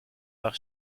les